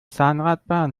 zahnradbahn